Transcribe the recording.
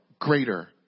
greater